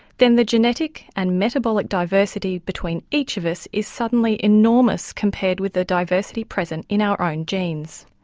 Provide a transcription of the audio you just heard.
then the genetic and metabolic diversity between each of us is suddenly enormous compared with the diversity present in our own genes.